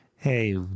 hey